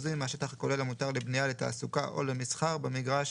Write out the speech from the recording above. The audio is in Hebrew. מהשטח הכולל המותר לבנייה לתעסוקה או למסחר במגרש